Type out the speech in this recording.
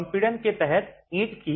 संपीड़न के तहत ईंट की